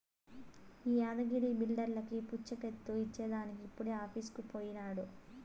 ఈ యాద్గగిరి బిల్డర్లకీ పూచీకత్తు ఇచ్చేదానికి ఇప్పుడే ఆఫీసుకు పోయినాడు